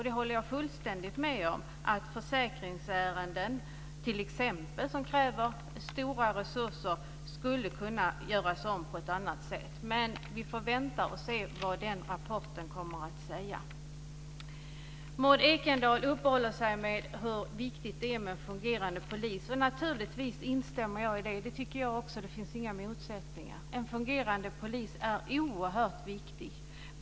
Det håller jag fullständigt med om. T.ex. försäkringsärenden som kräver stora resurser skulle kunna göras om på ett annat sätt. Men vi får vänta och se vad den rapporten kommer att säga. Maud Ekendahl uppehåller sig vid hur viktigt det är med fungerande poliser. Naturligtvis instämmer jag i det. Det tycker jag också. Det finns inga motsättningar. En fungerande polis är oerhört viktigt.